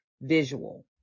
visual